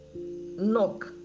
knock